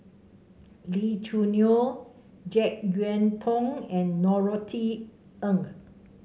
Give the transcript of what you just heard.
Lee Choo Neo JeK Yeun Thong and Norothy Ng